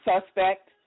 suspect